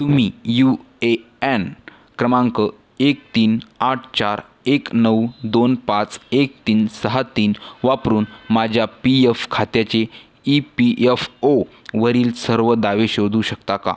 तुम्ही U A N क्रमांक एक तीन आठ चार एक नऊ दोन पाच एक तीन सहा तीन वापरून माझ्या पी यफ खात्याचे ई पी यफ ओवरील सर्व दावे शोधू शकता का